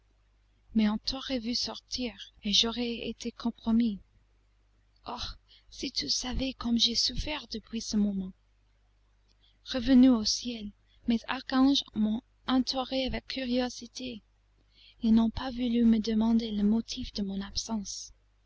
mais on t'aurait vu sortir et j'aurais été compromis oh si tu savais comme j'ai souffert depuis ce moment revenu au ciel mes archanges m'ont entouré avec curiosité ils n'ont pas voulu me demander le motif de mon absence